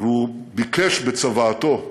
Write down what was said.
והוא ביקש בצוואתו,